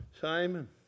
Simon